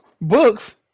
Books